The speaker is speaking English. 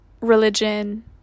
religion